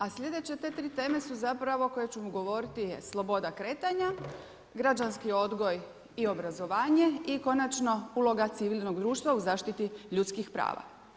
A sljedeće te 3 teme, su zapravo koje ću govoriti je sloboda kretanja, građanski odgoj i obrazovanje i konačno, uloga civilnog društva u zaštiti ljudskih prava.